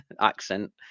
Accent